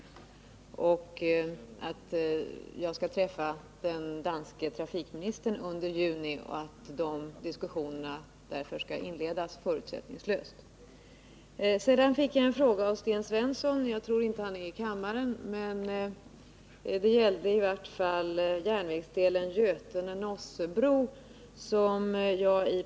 Jag skall träffa den danske trafikministern under juni, och de diskussionerna skall inledas förutsättningslöst. Den andra frågan ställdes av Sten Svensson — jag tror inte att han är i kammaren just nu — och gällde järnvägsdelen Götene-Nossebro.